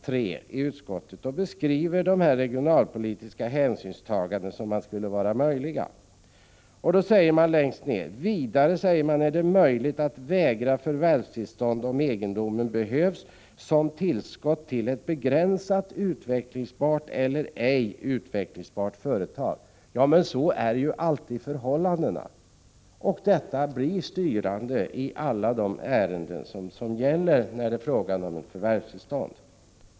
3 i utskottsbetänkandet beskrivs de regionalpolitiska hänsynstaganden som skulle vara möjliga. Så här skriver man: ”Vidare är det möjligt att vägra förvärvstillstånd om egendomen behövs som tillskott till ett begränsat utvecklingsbart eller ej utvecklingsbart företag.” Men så är ju alltid förhållandena! Detta blir styrande i alla de ärenden som gäller förvärvstillstånd.